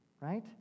right